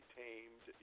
tamed